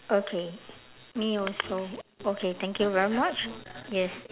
okay me also okay thank you very much yes